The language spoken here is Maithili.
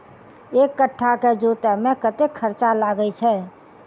एक कट्ठा केँ जोतय मे कतेक खर्चा लागै छै?